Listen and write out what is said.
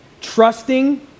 trusting